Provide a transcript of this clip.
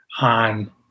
on